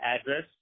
address